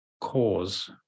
cause